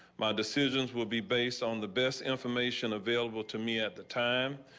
my decisions will be based on the best information available to me at the time.